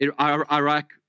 Iraq